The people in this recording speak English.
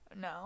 No